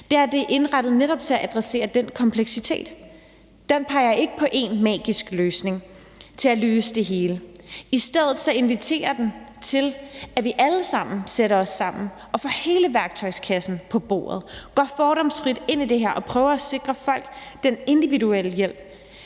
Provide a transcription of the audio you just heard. er, at det er indrettet netop til at adressere den kompleksitet. Kl. 21:35 Det peger ikke på én magisk løsning til at løse det hele, i stedet inviterer den til, at vi alle sammen sætter os sammen og får hele værktøjskassen på bordet, går fordomsfrit ind i det her og prøver at sikre folk den individuelle hjælp,